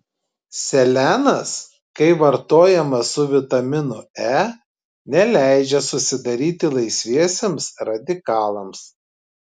selenas kai vartojamas su vitaminu e neleidžia susidaryti laisviesiems radikalams